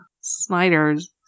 snyder's